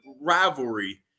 rivalry